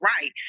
right